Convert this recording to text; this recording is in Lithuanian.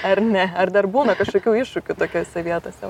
ar ne ar dar būna kašokių iššūkių tokiose vietose